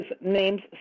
name's